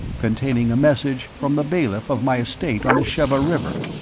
containing a message from the bailiff of my estate on the shevva river,